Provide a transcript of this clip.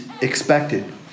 expected